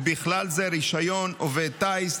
ובכלל זה רישיון עובד טיס,